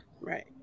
right